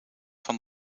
van